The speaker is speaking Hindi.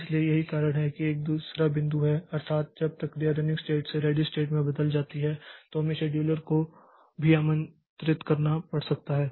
इसलिए यही कारण है कि यह एक दूसरा बिंदु है अर्थात जब प्रक्रिया रनिंग स्टेट से रेडी़ स्टेट में बदल जाती है तो हमें शेड्यूलर को भी आमंत्रित करना पड़ सकता है